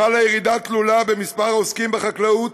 חלה ירידה תלולה במספר העוסקים בחקלאות,